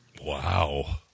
Wow